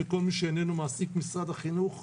וכל מי שאינו מעסיק משרד החינוך,